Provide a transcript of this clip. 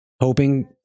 hoping